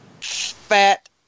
fat